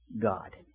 God